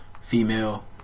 Female